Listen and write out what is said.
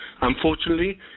unfortunately